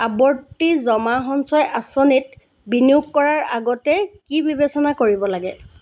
আৱৰ্তী জমা সঞ্চয় আঁচনিত বিনিয়োগ কৰাৰ আগতে কি বিবেচনা কৰিব লাগে